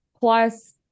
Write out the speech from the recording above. plus